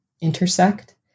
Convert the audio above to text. intersect